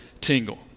tingle